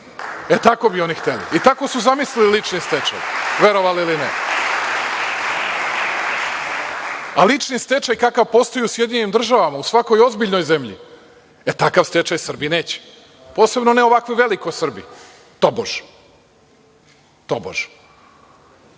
Tako bi oni hteli i tako su zamislili lični stečaj, verovali ili ne. Lični stečaj kakav postoji u Sjedinjenim državama, u svakoj ozbiljnoj zemlji, takav stečaj Srbi neće, posebno ne ovi velikosrbi, tobož. Kažu